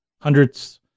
hundreds